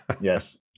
Yes